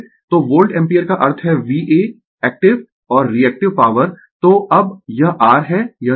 तो volt ampere का अर्थ है VA एक्टिव और रीएक्टिव पॉवर तो अब यह r है यह चीज